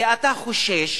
אתה חושש